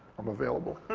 i'm available.